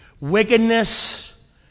Wickedness